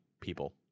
people